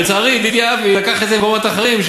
ולצערי ידידי אבי לקח את זה למקומות אחרים,